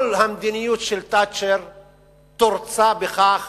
כל המדיניות של תאצ'ר תורצה בכך